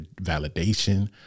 validation